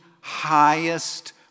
highest